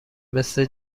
مثل